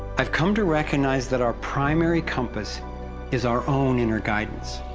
i've come to recognize that our primary compass is our own inner guidance.